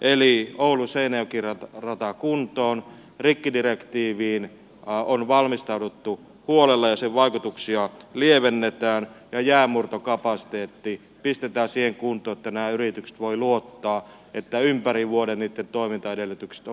eli ouluseinäjoki rata kuntoon rikkidirektiiviin on valmistauduttu huolella ja sen vaikutuksia lievennetään ja jäänmurtokapasiteetti pistetään siihen kuntoon että nämä yritykset voivat luottaa että ympäri vuoden niitten toimintaedellytykset ovat kunnossa